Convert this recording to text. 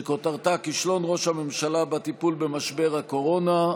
שכותרתה: כישלון ראש הממשלה בטיפול במשבר הקורונה.